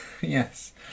Yes